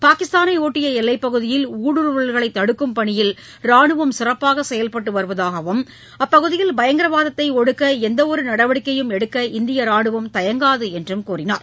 பாகிஸ்தானையொட்டிய எல்லைப்பகுதியில் ஊடுருவல்களை தடுக்கும் பணியில் ராணுவம் சிறப்பாக செயல்பட்டு வருவதாகவும் அப்பகுதியில் பயங்கரவாத ஒடுக்க எந்தவொரு நடவடிக்கையையும் எடுக்க இந்திய ராணுவம் தயங்காது என்று அவர் கூறினார்